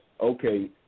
okay